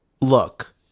look